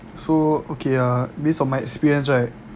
so okay ah based on my experience right